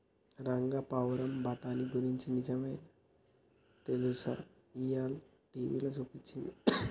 రంగా పావురం బఠానీ గురించి నిజమైనా తెలుసా, ఇయ్యాల టీవీలో సూపించాడు